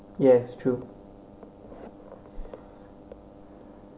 yes true